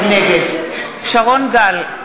נגד שרון גל,